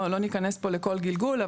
לא נכנס פה לכל גלגול.